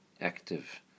active